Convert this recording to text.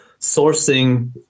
sourcing